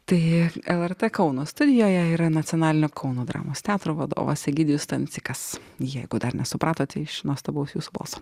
tai lrt kauno studijoje yra nacionalinio kauno dramos teatro vadovas egidijus stancikas jeigu dar nesupratote iš nuostabaus jausmus